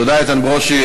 תודה, איתן ברושי.